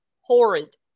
horrid